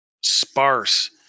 sparse